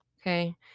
Okay